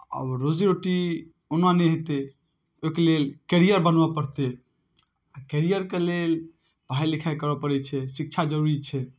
आ रोजी रोटी ओना नहि हेतै ओहिके लेल कैरियर बनबय पड़तै तऽ कैरियरके लेल पढ़ाइ लिखाइ करय पड़ै छै शिक्षा जरूरी छै